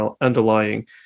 underlying